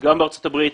גם בארצות הברית,